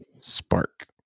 Spark